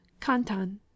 kantan